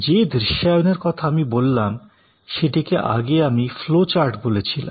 যে দৃশ্যায়নের কথা আমি বললাম সেটিকে আগে আমি ফ্লো চার্ট বলেছিলাম